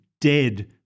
dead